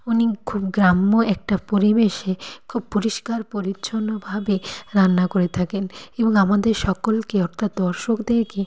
উনি খুব গ্রাম্য একটা পরিবেশে খুব পরিস্কার পরিচ্ছন্নভাবে রান্না করে থাকেন এবং আমাদের সক্কলকে অর্থাৎ দর্শকদেরকে